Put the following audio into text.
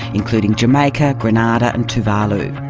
including jamaica, grenada and tuvalu.